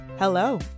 Hello